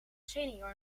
senior